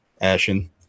ashen